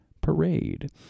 Parade